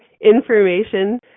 information